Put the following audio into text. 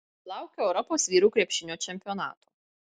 laukiu europos vyrų krepšinio čempionato